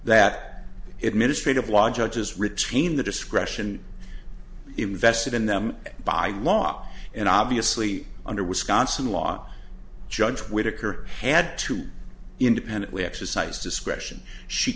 that it ministry of law judges retained the discretion invested in them by law and obviously under wisconsin law judge whittaker had to independently exercise discretion she